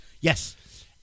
Yes